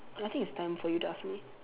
I think it's time for you to ask me